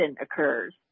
occurs